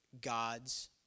God's